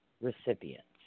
recipients